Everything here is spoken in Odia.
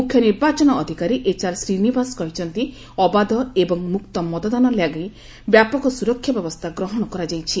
ମୁଖ୍ୟ ନିର୍ବାଚନ ଅଧିକାରୀ ଏଚ୍ଆର୍ ଶ୍ରୀନିବାସ୍ କହିଛନ୍ତି ଅବାଧ ଏବଂ ମୁକ୍ତ ମତଦାନ ଲାଗି ବ୍ୟାପକ ସୁରକ୍ଷା ବ୍ୟବସ୍ଥା ଗ୍ରହଣ କରାଯାଇଛି